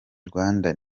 rwanda